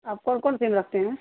آپ کون کون سیم رگتے ہیں